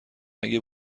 اگه